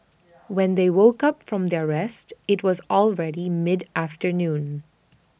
when they woke up from their rest IT was already mid afternoon